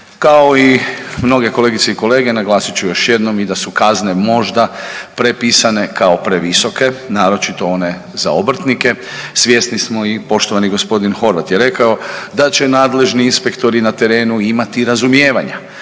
Kao i mnoge kolegice i kolege naglasit ću još jednom i da u kazne možda prepisane kao previsoke naročito one za obrtnike. Svjesni smo i poštovani gospodin Horvat je rekao da će nadležni inspektori na terenu imati razumijevanja.